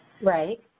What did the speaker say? Right